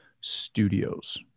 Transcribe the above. studios